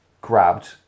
grabbed